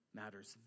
matters